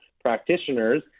practitioners